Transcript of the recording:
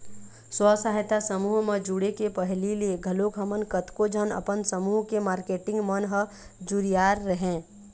स्व सहायता समूह म जुड़े के पहिली ले घलोक हमन कतको झन अपन समूह के मारकेटिंग मन ह जुरियाय रेहेंन